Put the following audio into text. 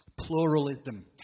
pluralism